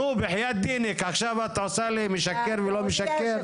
נו בחיית דינק עכשיו את עושה לי משקר ולא משקר.